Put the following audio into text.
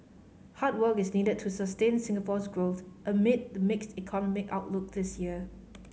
hard work is needed to sustain Singapore's growth amid the mixed economic outlook this year